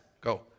Go